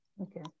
okay